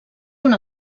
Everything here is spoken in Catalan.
una